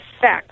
sex